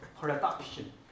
production